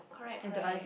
correct correct